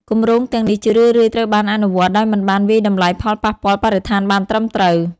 គម្រោងទាំងនេះជារឿយៗត្រូវបានអនុវត្តដោយមិនបានវាយតម្លៃផលប៉ះពាល់បរិស្ថានបានត្រឹមត្រូវ។